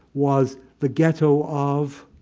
was the ghetto of